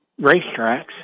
racetracks